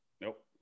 Nope